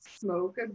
smoke